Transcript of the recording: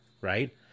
Right